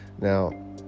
Now